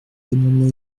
amendements